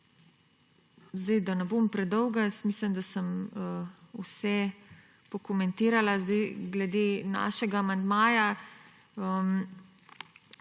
Da ne bom predolga. Mislim, da sem vse pokomentirala. Glede našega amandmaja.